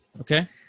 Okay